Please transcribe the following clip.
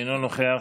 אינו נוכח,